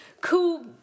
cool